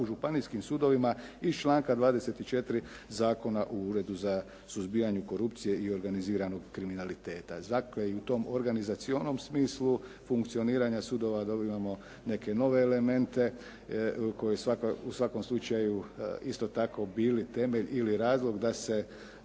u županijskim sudovima iz članka 24. Zakona o Uredu za suzbijanje korupcije i organiziranog kriminaliteta. Dakle i u tom organizacionom smislu funkcioniranja sudova dobivamo neke nove elemente, koje u svakom slučaju isto tako bili temelj ili razlog da se